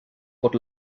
por